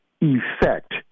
effect